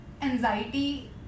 anxiety